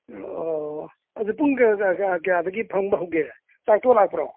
ꯑꯣ ꯄꯨꯡ ꯀꯌꯥꯗꯒꯤ ꯐꯝꯕ ꯍꯧꯒꯦ ꯆꯥꯛ ꯇꯣꯛꯑ ꯂꯥꯛꯄ꯭ꯔꯣ